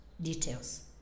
details